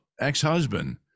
ex-husband